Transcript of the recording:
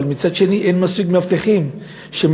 אבל מצד שני אין מספיק מאבטחים שמסוגלים